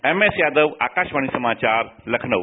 M S Yadav Akashvani समाचार लखनऊ